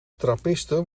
trappisten